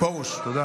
תודה.